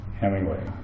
Hemingway